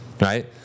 Right